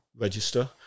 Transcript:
register